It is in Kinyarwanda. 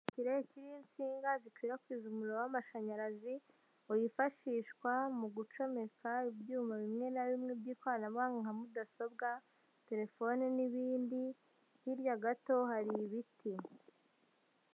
Kirekire kiriho inshinga zikwirakwiza umuriro w'amashanyarazi, wifashishwa mu gucomeka ibyuma bimwe na bimwe by'ikoranabuhanga nka mudasobwa, telefoni n'ibindi, hirya gato hari ibiti.